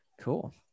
Cool